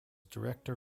director